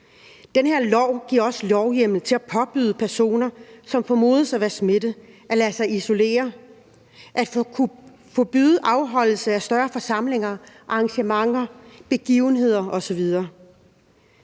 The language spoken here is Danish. Den her lov giver også lovhjemmel til at påbyde personer, som formodes at være smittet, at lade sig isolere, at kunne forbyde afholdelse af større forsamlinger, arrangementer, begivenheder osv.